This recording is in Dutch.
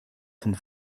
van